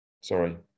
Sorry